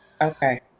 Okay